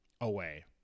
away